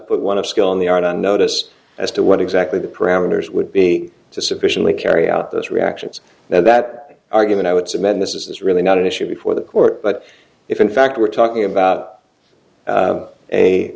put one of skill in the art on notice as to what exactly the parameters would be to sufficiently carry out those reactions now that argument i would submit this is really not an issue before the court but if in fact we're talking about